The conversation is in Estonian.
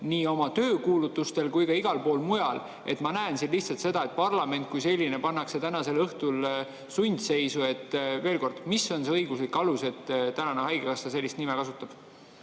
nii oma töökuulutustel kui ka igal pool mujal. Ma näen siin lihtsalt seda, et parlament kui selline pannakse tänasel õhtul sundseisu. Veel kord: mis on see õiguslik alus, et tänane haigekassa sellist nime kasutab?